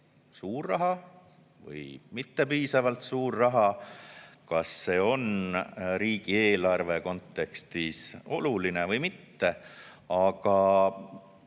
suur summa või mitte piisavalt suur summa, kas see on riigieelarve kontekstis oluline või mitte.